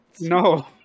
No